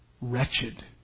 wretched